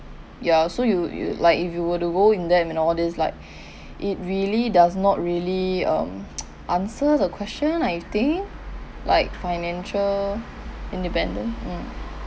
ya so you you like if you were to go in depth and all these like it really does not really um answer the question I think like financial independence mm